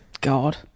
God